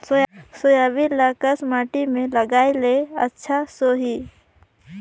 Soybean ल कस माटी मे लगाय ले अच्छा सोही?